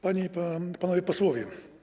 Panie i Panowie Posłowie!